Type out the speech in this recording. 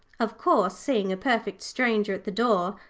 of course, seeing a perfect stranger at the door,